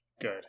Good